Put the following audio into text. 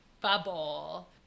bubble